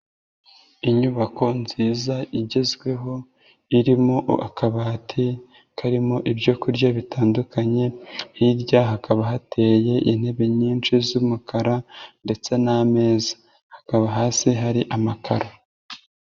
Inyubako nziza igezweho irimo akabati karimo ibyo kurya bitandukanye, hirya hakaba hateye intebe nyinshi z'umukara ndetse n'ameza, hakaba hasi hari amakaro.